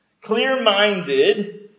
clear-minded